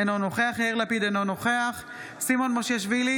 אינו נוכח יאיר לפיד, אינו נוכח סימון מושיאשוילי,